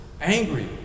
Angry